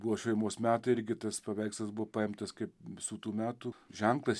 buvo šeimos metai irgi tas paveikslas buvo paimtas kaip visų tų metų ženklas